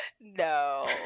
No